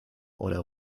oder